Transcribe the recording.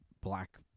black